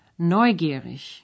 neugierig